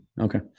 Okay